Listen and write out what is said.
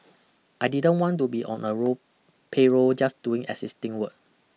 I didn't want to be on a roll payroll just doing existing work